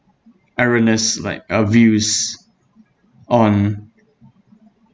like uh views on